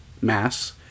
Mass